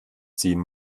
ziehen